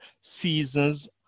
seasons